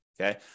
Okay